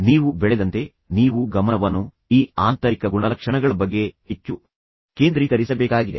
ನೀವು ಬೆಳೆದಂತೆ ನೀವು ಗಮನವನ್ನು ಈ ಆಂತರಿಕ ಗುಣಲಕ್ಷಣಗಳ ಬಗ್ಗೆ ಹೆಚ್ಚು ಕೇಂದ್ರೀಕರಿಸಬೇಕಾಗಿದೆ